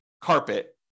carpet